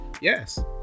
Yes